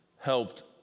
helped